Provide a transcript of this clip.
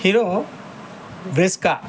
hero బ్రెస్కా